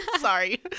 Sorry